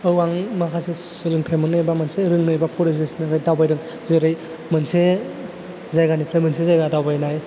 औ आं माखासे सोलोंथाय मोननो एबा मोनसे रोंनो एबा परिबेसनिफ्राय दावबायदों जेरै मोनसे जायगानिफ्राय मोनसे जायगा दावबायनाय